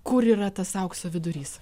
kur yra tas aukso vidurys